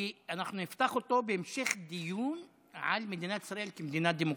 כי נפתח אותו בהמשך דיון על מדינת ישראל כמדינה דמוקרטית.